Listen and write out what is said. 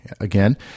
again